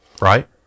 right